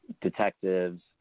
detectives